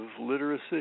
literacy